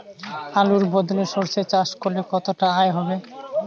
আলুর বদলে সরষে চাষ করলে কতটা আয় হবে?